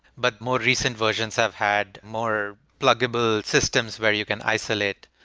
but more recent versions have had more pluggable systems where you can isolate,